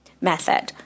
method